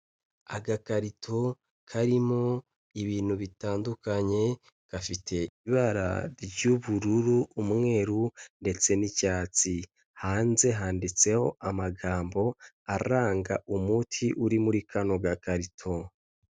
Agakarito karimo ibintu bitandukanye, gafite ibara ry'ubururu umweru ndetse n'icyatsi, hanze handitseho amagambo aranga umuti uri muri kano gakarito.